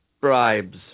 Bribes